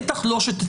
בצורה מסודרת.